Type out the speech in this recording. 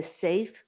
safe